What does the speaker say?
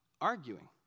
arguing